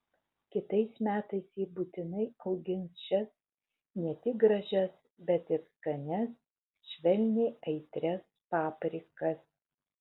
kitais metais ji būtinai augins šias ne tik gražias bet ir skanias švelniai aitrias paprikas